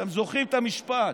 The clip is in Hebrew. אתם זוכרים את המשפט.